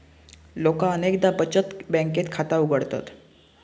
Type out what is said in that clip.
लोका अनेकदा बचत बँकेत खाता उघडतत